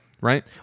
right